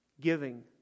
Giving